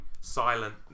silent